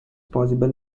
possible